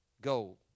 gold